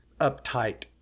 uptight